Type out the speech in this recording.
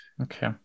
okay